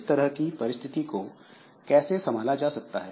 इस तरह की परिस्थिति को कैसे संभाला जा सकता है